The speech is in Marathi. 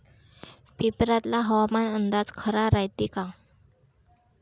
पेपरातला हवामान अंदाज खरा रायते का?